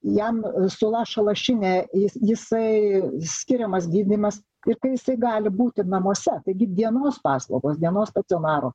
jam sulaša lašinę jis jisai skiriamas gydymas ir visi gali būti namuose taigi dienos paslaugos dienos stacionaro